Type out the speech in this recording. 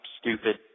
stupid